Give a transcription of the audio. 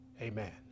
Amen